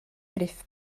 gruff